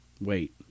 wait